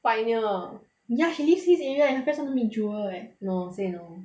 pioneer ya she live this area and her friends want to meet jewel eh no say no